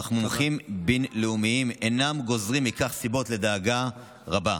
אך מומחים בין-לאומיים אינם גוזרים מכך סיבות לדאגה רבה.